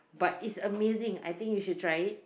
but it's amazing I think you should try it